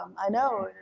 i know,